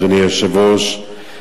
אדוני היושב-ראש,